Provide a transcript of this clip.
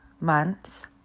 months